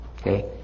Okay